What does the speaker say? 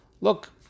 Look